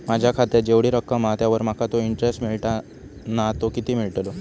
माझ्या खात्यात जेवढी रक्कम हा त्यावर माका तो इंटरेस्ट मिळता ना तो किती मिळतलो?